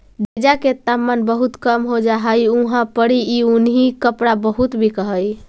जेजा के तापमान बहुत कम हो जा हई उहाँ पड़ी ई उन्हीं कपड़ा बहुत बिक हई